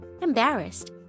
embarrassed